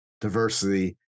diversity